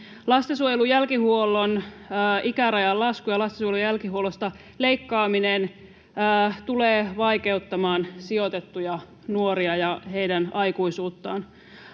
Lastensuojelun jälkihuollon ikärajan lasku ja lastensuojelun jälkihuollosta leikkaaminen tulevat vaikeuttamaan sijoitettuja nuoria ja heidän aikuisuuttaan.